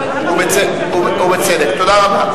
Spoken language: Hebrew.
תודה רבה.